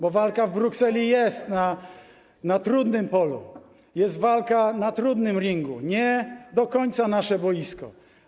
Bo walka w Brukseli jest na trudnym polu, jest walka na trudnym ringu, nie do końca nasze boisko.